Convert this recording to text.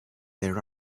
there